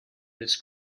this